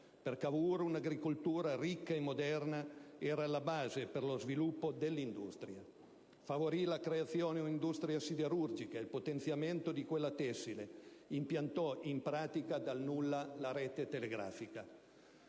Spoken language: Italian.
Per Cavour un'agricoltura ricca e moderna era alla base per lo sviluppo dell'industria. Favorì la creazione di un'industria siderurgica e il potenziamento di quella tessile, impiantò in pratica dal nulla la rete telegrafica.